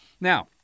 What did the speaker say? Now